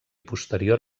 posterior